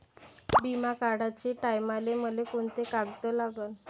बिमा काढाचे टायमाले मले कोंते कागद लागन?